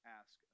ask